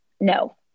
no